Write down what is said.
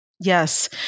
Yes